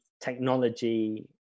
technology